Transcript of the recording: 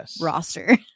roster